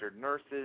nurses